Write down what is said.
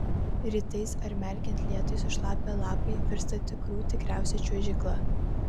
rytais ar merkiant lietui sušlapę lapai virsta tikrų tikriausia čiuožykla